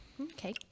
Okay